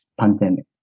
pandemic